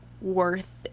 worth